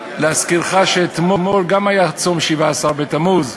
להזכירך, אתמול גם היה צום שבעה-עשר בתמוז.